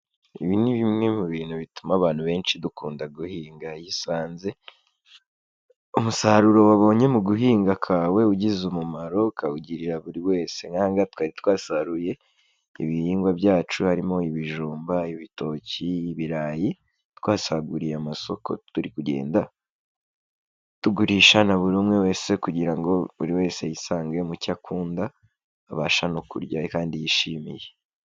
Ibi ni bimwe mu bintu bituma abantu benshi dukunda guhinga, iyo usanze umusaruro wabonye mu guhinga kwawe ugize umumaro ukawugirira buri wese, nk'aha ngaha twari twasaruye ibihingwa byacu harimo ibijumba, ibitoki, ibirayi, twasaguriye amasoko turi kugenda tugurisha na buri umwe wese kugira ngo buri wese yisange mu cyo akunda abasha no kurya, kandi yishimiye.